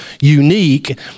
unique